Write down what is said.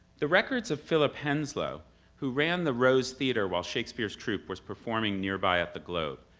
the records of philip henslowe who ran the rose theatre, while shakespeare's troupe was performing nearby at the globe,